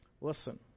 Listen